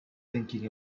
thinking